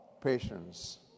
patience